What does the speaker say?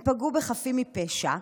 הם פגעו בחפים מפשע,